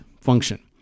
function